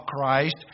Christ